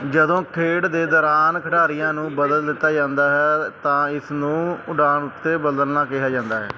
ਜਦੋਂ ਖੇਡ ਦੇ ਦੌਰਾਨ ਖਿਡਾਰੀਆਂ ਨੂੰ ਬਦਲ ਦਿੱਤਾ ਜਾਂਦਾ ਹੈ ਤਾਂ ਇਸ ਨੂੰ ਉਡਾਣ ਉੱਤੇ ਬਦਲਣਾ ਕਿਹਾ ਜਾਂਦਾ ਹੈ